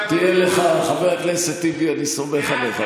חבר הכנסת טיבי, אני סומך עליך.